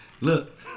Look